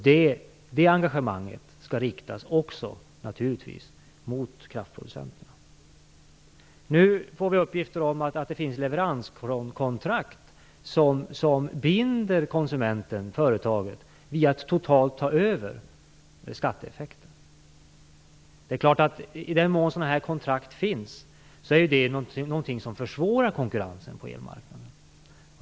Detta engagemang skall naturligtvis också riktas mot kraftproducenterna. Nu får vi uppgifter om att det finns leveranskontrakt som binder konsumenten - företaget - genom att de totalt tar över skatteeffekterna. I den mån sådana kontrakt finns, är det naturligtvis någonting som försvårar konkurrensen på elmarknaden.